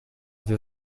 wir